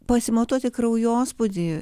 pasimatuoti kraujospūdį